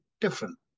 different